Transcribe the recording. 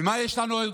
ומה יש לנו?